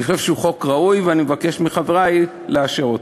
אני חושב שהחוק ראוי ואני מבקש מחברי לאשר אותו.